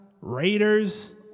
Raiders